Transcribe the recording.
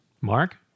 Mark